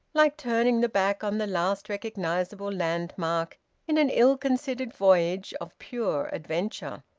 like turning the back on the last recognisable landmark in an ill-considered voyage of pure adventure.